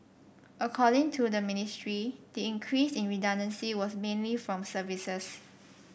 according to the ministry the increase in redundancy was mainly from services